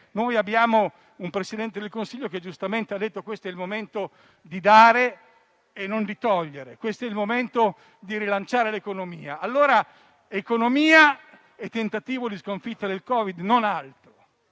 noi abbiamo un Presidente del Consiglio che giustamente ha detto che questo è il momento di dare e non di togliere; questo è il momento di rilanciare l'economia. Allora, economia e tentativo di sconfitta del Covid-19 sono